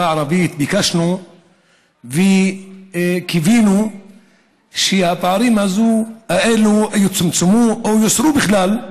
הערבית ביקשנו וקיווינו שיצומצמו או יוסרו בכלל.